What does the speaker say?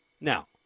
Now